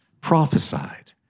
prophesied